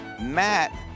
Matt